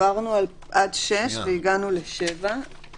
המטרות שלשמן